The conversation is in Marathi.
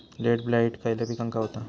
लेट ब्लाइट खयले पिकांका होता?